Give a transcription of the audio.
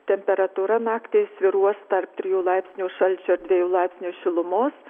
temperatūra naktį svyruos tarp trijų laipsnių šalčio dviejų laipsnių šilumos